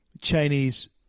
Chinese